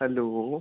hello